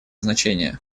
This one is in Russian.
значение